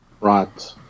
right